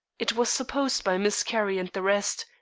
it was supposed by miss carrie and the rest,